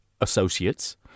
associates